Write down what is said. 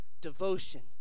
Devotion